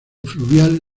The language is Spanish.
fluvial